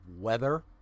weather